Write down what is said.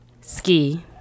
Ski